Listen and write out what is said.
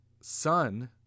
son